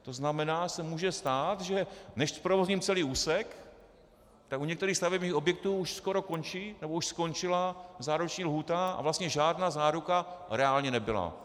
To znamená, že se může stát, že než zprovozním celý úsek, tak u některých stavebních objektů už skoro končí, nebo už skončila záruční lhůta a vlastně žádná záruka reálně nebyla.